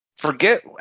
Forget